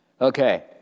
Okay